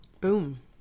Boom